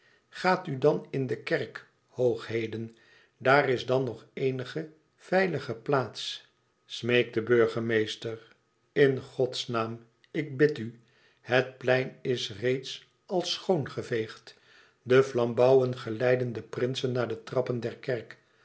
u dan in de kerk hoogheden daar is dan nog de eenige veilige plaats smeekt de burgemeester in gods naam ik bid u het plein is reeds als schoon geveegd de flambouwen geleiden de prinsen naar de trappen der kerk